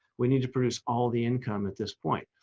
we need to produce all the income at this point,